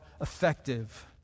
effective